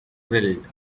grilled